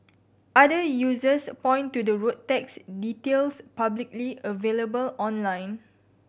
other users point to the road tax details publicly available online